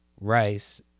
rice